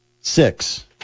six